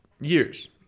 years